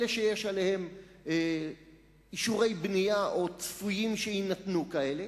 אלה שיש אישורי בנייה עליהן או צפויים שיינתנו כאלה,